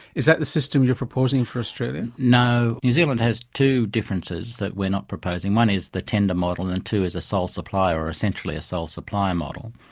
is that the system you're proposing for australia? no. new zealand has two differences that we are not proposing one is the tender model, and and two is a sole supplier or essentially a sole supplier model.